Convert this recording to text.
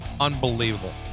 Unbelievable